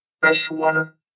freshwater